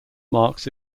marks